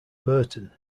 burton